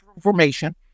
formation